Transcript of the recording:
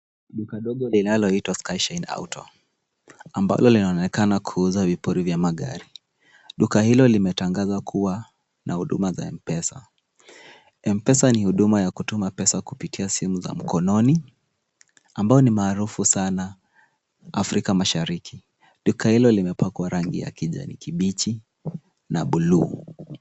Duka dogo linaloitwa Skershin Auto, ambalo linaonekana kuuza vipuri vya magari. Duka hilo limetangaza kuwa na huduma za M-pesa. M-pesa ni huduma za kutuma pesa kupitia simu za mkononi, ambayo ni maarufu sana, Afrika Mashariki. Duka hilo limepakwa rangi ya kijani kibichi na bluu.